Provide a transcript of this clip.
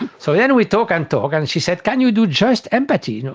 and so then we talk and talk and she said, can you do just empathy? you know